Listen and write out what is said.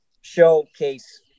showcase